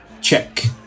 check